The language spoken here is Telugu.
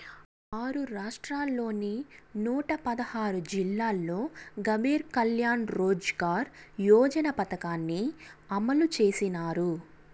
ఆరు రాష్ట్రాల్లోని నూట పదహారు జిల్లాల్లో గరీబ్ కళ్యాణ్ రోజ్గార్ యోజన పథకాన్ని అమలు చేసినారు